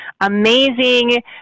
amazing